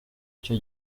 icyo